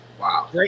Wow